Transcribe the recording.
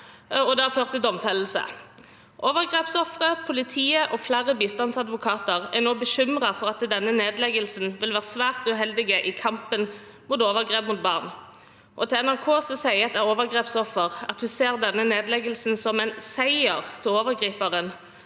i over 100 overgrepssaker. Overgrepsofre, politiet og flere bistandsadvokater er nå bekymret for at denne nedleggelsen vil være svært uheldig i kampen mot overgrep mot barn. Til NRK sier et overgrepsoffer at hun ser denne nedleggelsen som en «seier» for overgriperen.